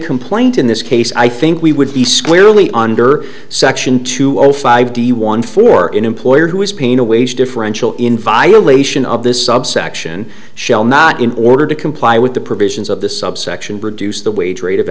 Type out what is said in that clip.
complaint in this case i think we would be squarely under section two zero five d one for an employer who is paying a waste differential in violation of this subsection shall not in order to comply with the provisions of this subsection produce the wage rate of